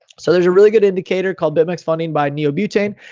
so there's a really good indicator called bitmex funding by neobutane.